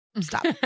stop